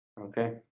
Okay